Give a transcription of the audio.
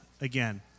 again